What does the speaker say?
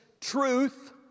truth